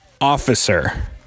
officer